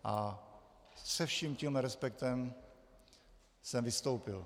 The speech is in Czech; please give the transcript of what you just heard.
A se vším tím respektem jsem vystoupil.